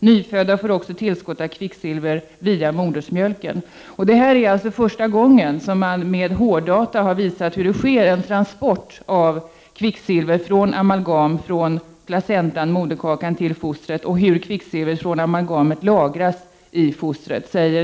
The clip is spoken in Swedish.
Nyfödda får också tillskott av kvicksilver via modersmjölken.” Den svenske forskare som har bevistat det seminarium i Canada där dessa uppgifter kom fram säger: ”Det här är första gången man med hårddata visar hur det sker en transport av kvicksilver från amalgam från placentan, moderkakan, till fostret och hur kvicksilvret från amalgamet lagras i fostret”.